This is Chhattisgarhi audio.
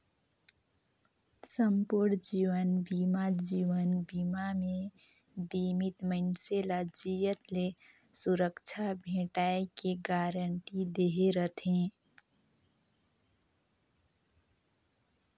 संपूर्न जीवन बीमा जीवन बीमा मे बीमित मइनसे ल जियत ले सुरक्छा भेंटाय के गारंटी दहे रथे